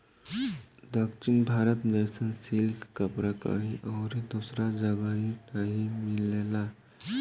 दक्षिण भारत जइसन सिल्क कपड़ा कहीं अउरी दूसरा जगही नाइ मिलेला